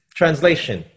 translation